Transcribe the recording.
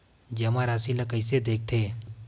जमा राशि ला कइसे देखथे?